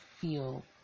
feel